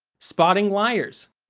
spotting liars.